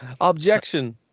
Objection